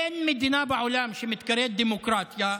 אין מדינה בעולם שמתקראת דמוקרטיה,